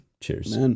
Cheers